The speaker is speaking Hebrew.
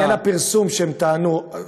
בעניין הפרסום שהם טענו,